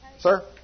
sir